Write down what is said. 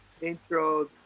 intro